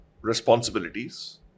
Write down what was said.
responsibilities